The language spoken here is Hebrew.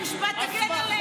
זאת חוצפה להגיד את זה בכלל,